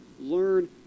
learn